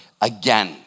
again